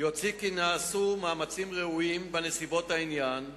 יוצא כי נעשו מאמצים ראויים, בנסיבות העניין,